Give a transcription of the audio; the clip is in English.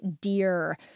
dear